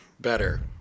better